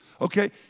Okay